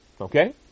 Okay